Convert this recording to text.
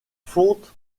fonte